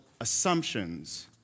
assumptions